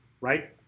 right